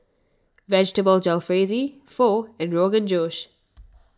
Vegetable Jalfrezi Pho and Rogan Josh